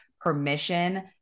permission